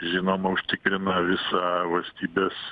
žinoma užtikrina visą valstybės